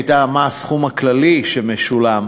של הסכום הכללי שמשולם.